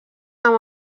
amb